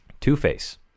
Two-Face